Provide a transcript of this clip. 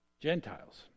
Gentiles